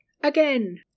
again